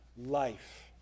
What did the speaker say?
life